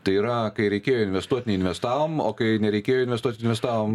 tai yra kai reikėjo investuot neinvestavom o kai nereikėjo investuot investavom